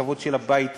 את הכבוד של הבית הזה,